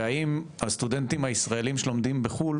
והאם הסטודנטים הישראלים שלומדים בחו"ל,